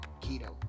keto